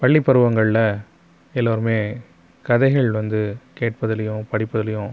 பள்ளி பருவங்களில் எல்லோருமே கதைகள் வந்து கேட்பதிலேயும் படிப்பதிலேயும்